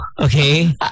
okay